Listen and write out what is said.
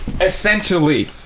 Essentially